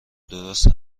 درست